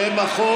שם החוק